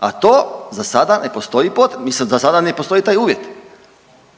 a to zasada ne postoji potreba, mislim zasada ne postoji taj uvjet,